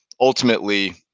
ultimately